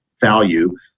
value